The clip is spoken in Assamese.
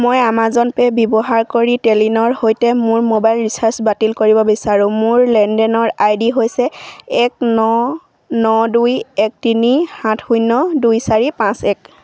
মই আমাজন পে ব্যৱহাৰ কৰি টেলিনৰ সৈতে মোৰ মোবাইল ৰিচাৰ্জ বাতিল কৰিব বিচাৰোঁ মোৰ লেনদেনৰ আই ডি হৈছে এক ন ন দুই এক তিনি সাত শূন্য দুই চাৰি পাঁচ এক